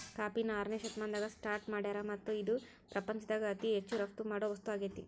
ಕಾಫಿನ ಆರನೇ ಶತಮಾನದಾಗ ಸ್ಟಾರ್ಟ್ ಮಾಡ್ಯಾರ್ ಮತ್ತ ಇದು ಪ್ರಪಂಚದಾಗ ಅತಿ ಹೆಚ್ಚು ರಫ್ತು ಮಾಡೋ ವಸ್ತು ಆಗೇತಿ